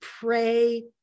pray